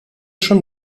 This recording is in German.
schon